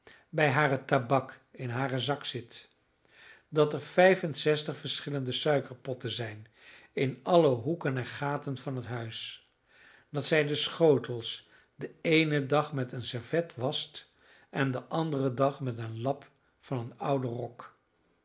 bij hare tabak in haren zak zit dat er vijf en zestig verschillende suikerpotten zijn in alle hoeken en gaten van het huis dat zij de schotels den eenen dag met een servet wascht en den anderen dag met een lap van een ouden rok